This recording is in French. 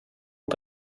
aux